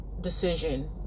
decision